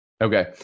Okay